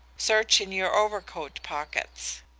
search in your overcoat pockets